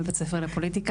בבית הספר לפוליטיקה.